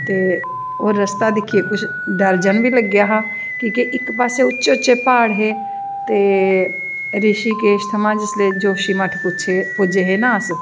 ते ओह् रस्ता दिक्खी कुश डर जन बी लग्गेआ हा कि के इक पास्सै उच्चे उच्चे प्हाड़ हे ते रिशिकेश कोला दा जिसलै जोतीमठ जिसलै पुज्जे हे ना अस